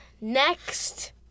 next